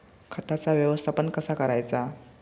खताचा व्यवस्थापन कसा करायचा?